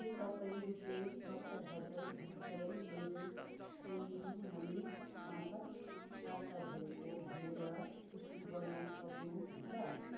के तपाईँ रुपियाँ सत्तर हजार भर्खरै मेरो पेयू मनीमार्फत प्राप्त भएको भनेर पुष्टि गर्नसक्नु हुन्छ